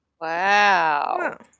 Wow